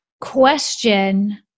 question